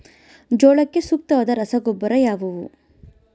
ಜೋಳಕ್ಕೆ ಸೂಕ್ತವಾದ ರಸಗೊಬ್ಬರ ಯಾವುದು?